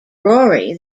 rory